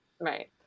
Right